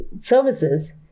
services